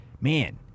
man